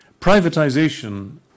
privatization